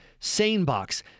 SaneBox